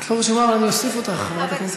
את לא רשומה, אבל אני אוסיף אותך, חברת הכנסת.